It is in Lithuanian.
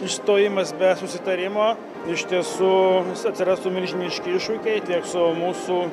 išstojimas be susitarimo iš tiesų vis atsirastų milžiniški iššūkiai tiek su mūsų